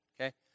Okay